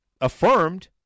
affirmed